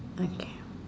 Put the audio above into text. okay